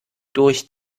durch